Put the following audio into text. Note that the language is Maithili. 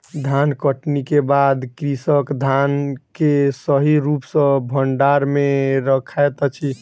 धानकटनी के बाद कृषक धान के सही रूप सॅ भंडार में रखैत अछि